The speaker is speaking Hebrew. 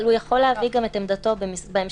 אבל הוא יכול להביא גם את עמדתו בהמשך,